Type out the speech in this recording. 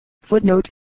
Footnote